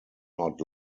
not